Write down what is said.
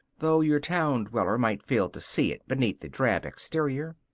though your town dweller might fail to see it beneath the drab exterior.